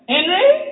Henry